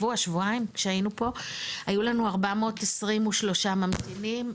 היו לנו 423 ממתינים,